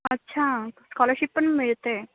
अच्छा स्कॉलरशिप पण मिळते